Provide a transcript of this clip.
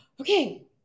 okay